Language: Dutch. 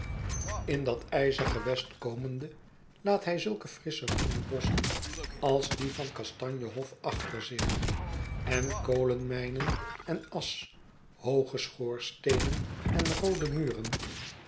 in dat ijzergewest komende laat hij zulke frissche groene bosschen als die van kastanjehof achter zich en kolenmijnen en asch hooge schoorsteenen en roode muren